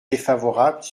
défavorable